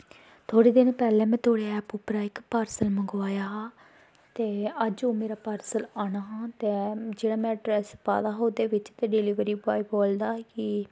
थोह्ड़े पैह्ले में तुआढ़े ऐप उप्परा इक पार्सल मंगवाया हा ते अज्ज ओह् मेरा पार्सल आना हा ते जेह्ड़ा में ड्रैस्स पाए दा हा ओह्दे बिच्च ते डलिबरी बॉय बोलदा कि